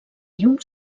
llum